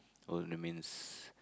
oh that means